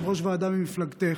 ועדה ממפלגתך,